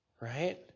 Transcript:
Right